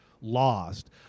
lost